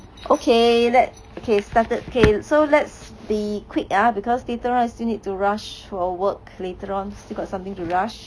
okay let K started K so let's be quick ah because later on I still need to rush for work later on still got something to rush